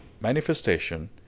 manifestation